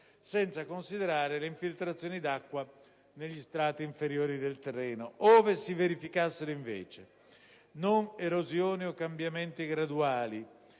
senza considerare le infiltrazioni d'acqua negli strati inferiori del terreno. Ove si verificassero, invece, non erosioni o cambiamenti graduali,